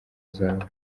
zawe